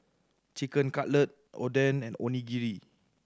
Chicken Cutlet Oden and Onigiri